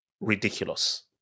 ridiculous